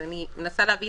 אני מנסה להבין.